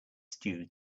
stew